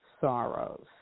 sorrows